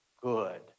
good